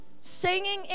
singing